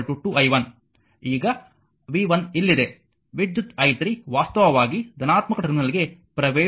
ಈಗ v1ಇಲ್ಲಿದೆ ವಿದ್ಯುತ್ i3 ವಾಸ್ತವವಾಗಿ ಧನಾತ್ಮಕ ಟರ್ಮಿನಲ್ಗೆ ಪ್ರವೇಶಿಸುತ್ತಿದೆ